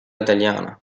italiana